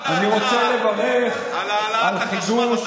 אני רוצה לברך על חידוש,